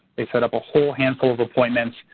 they set up a whole handful of appointments.